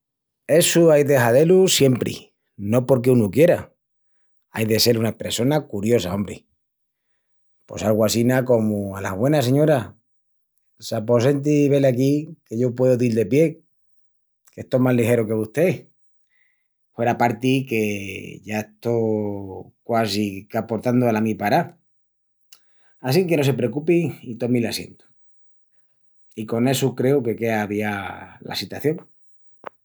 Essu ai de hazé-lu siempri, no porque unu quiera. Ai de sel una pressona curiosa, ombri. Pos algu assina comu: "Alas güenas, señora! S'aposenti velaquí que yo pueu dil de pie, qu'estó más ligeru que vusté. Hueraparti que ya estó quasi qu'aportandu ala mi pará. Assinque no se precupi i tomi l'assientu". I con essu creu que quea aviá la sitación.